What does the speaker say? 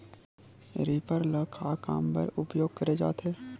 Reaper ल का काम बर उपयोग करे जाथे?